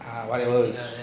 ah whataver